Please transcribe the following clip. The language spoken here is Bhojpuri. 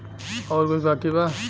और कुछ बाकी बा?